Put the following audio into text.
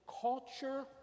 culture